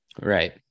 Right